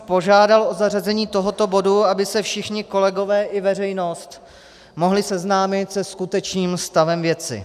Požádal jsem o zařazení tohoto bodu, aby se všichni kolegové i veřejnost mohli seznámit se skutečným stavem věci.